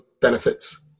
benefits